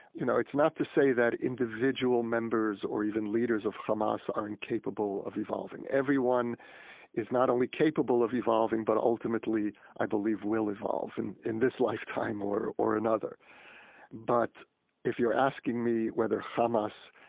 you know, it's not to say that individual members or even leaders of hamas are incapable of evolving. everyone is not only capable of evolving but, ultimately, i believe will evolve, and in this lifetime or or another but if you're asking me whether hamas,